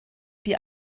die